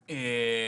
בבקשה.